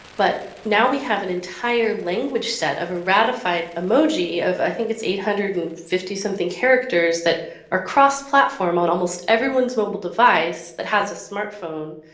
but now we have an entire language set of a ratified emoji of i think it's eight hundred and fifty something characters that are cross-platform on almost everyone's mobile device that has a smart phone,